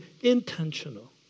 intentional